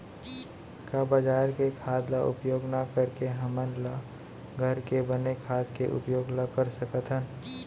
का बजार के खाद ला उपयोग न करके हमन ल घर के बने खाद के उपयोग ल कर सकथन?